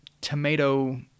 tomato